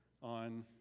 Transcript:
on